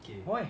why